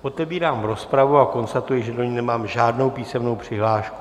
Otevírám rozpravu a konstatuji, že do ní nemám žádnou písemnou přihlášku.